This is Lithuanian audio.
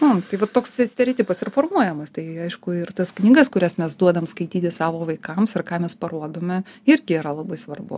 nu tai va toks stereotipas ir formuojamas tai aišku ir tas knygas kurias mes duodam skaityti savo vaikams ar ką mes parodome irgi yra labai svarbu